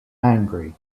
angry